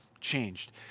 changed